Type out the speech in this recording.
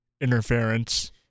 interference